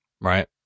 Right